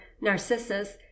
narcissus